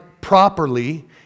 properly